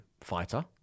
fighter